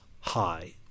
high